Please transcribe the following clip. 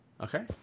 Okay